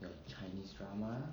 your chinese drama